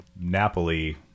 Napoli